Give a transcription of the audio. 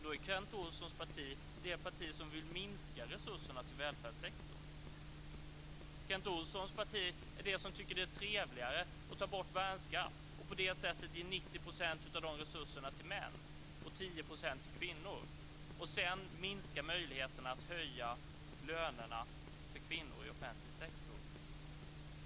Kent Olssons parti är det parti som vill minska resurserna till välfärdssektorn. Kent Olssons parti tycker att det är trevligt att ta bort värnskatten och ge 90 % av de resurserna till män och 10 % till kvinnor. Sedan vill man minska möjligheterna att höja lönerna för kvinnor i offentlig sektor.